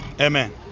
Amen